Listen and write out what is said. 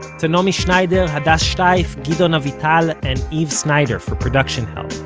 to naomi schneider, hadas shteif, gideon avital and eve sneider for production help.